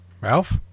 Ralph